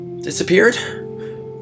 Disappeared